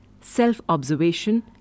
self-observation